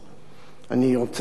אני רוצה לבוא ולומר,